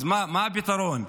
אז מה הפתרון?